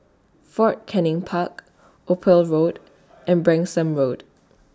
Fort Canning Park Ophir Road and Branksome Road